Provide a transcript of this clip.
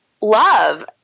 love